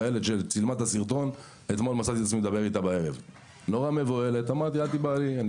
מצאתי את עצמי אתמול בערב מדבר עם החיילת שצילמה את הסרטון.